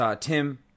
Tim